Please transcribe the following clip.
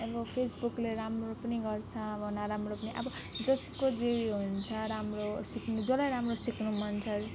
अनि फेसबुकले राम्रो पनि गर्छ अब नराम्रो पनि अब जसको जे ऊ यो हुन्छ राम्रो सिक्नु जसलाई राम्रो सिक्नु मन छ